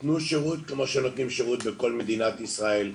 תנו שירות כמו שנותנים שירות בכל מדינת ישראל.